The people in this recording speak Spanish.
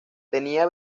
tenía